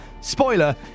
Spoiler